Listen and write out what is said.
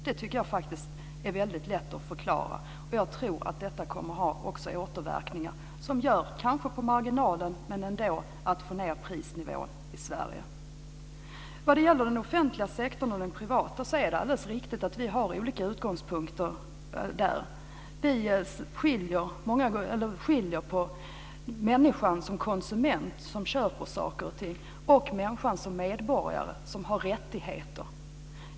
Det tycker jag faktiskt är väldigt lätt att förklara. Jag tror också att detta kommer att ha återverkningar som gör - kanske marginellt, men ändå - att vi kan få ned prisnivån i Sverige. Vad det gäller den offentliga och den privata sektorn är det alldeles riktigt att vi har olika utgångspunkter. Vi skiljer på människan som konsument, som köper saker och ting, och människan som medborgare, som har rättigheter.